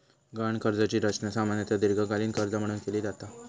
गहाण कर्जाची रचना सामान्यतः दीर्घकालीन कर्जा म्हणून केली जाता